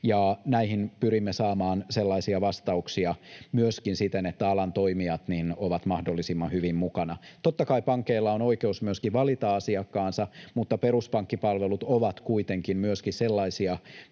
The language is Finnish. näihin pyrimme saamaan vastauksia myöskin siten, että alan toimijat ovat mahdollisimman hyvin mukana. Totta kai pankeilla on oikeus myöskin valita asiakkaansa, mutta peruspankkipalvelut ovat kuitenkin myöskin sellaisia